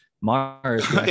mars